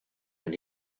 when